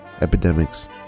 epidemics